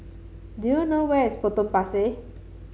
do you know where is Potong Pasir